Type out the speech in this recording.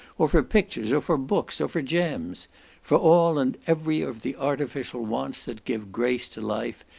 or for pictures, or for books, or for gems for all and every of the artificial wants that give grace to life,